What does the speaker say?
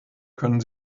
können